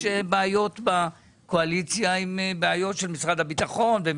יש בעיות בקואליציה, בעיות של משרד הביטחון.